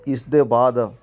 ਇਸ ਦੇ ਬਾਅਦ